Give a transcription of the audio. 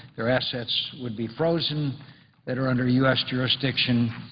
their assets would be frozen that are under u s. jurisdiction,